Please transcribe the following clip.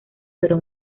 pero